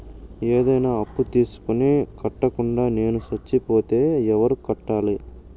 ఏదైనా అప్పు తీసుకొని కట్టకుండా నేను సచ్చిపోతే ఎవరు కట్టాలి?